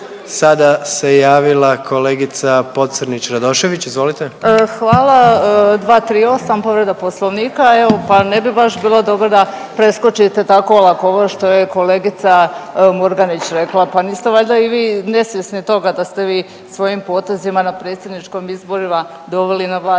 Radošević, izvolite. **Pocrnić-Radošević, Anita (HDZ)** Hvala, 238., povreda Poslovnika. Evo, pa ne bi baš bilo dobro da preskočite tako olako ovo što je kolegica Murganić rekla, pa niste valjda i vi nesvjesni toga da ste vi svojim potezima na predsjedničkim izborima doveli na vlast